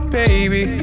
baby